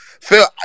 Phil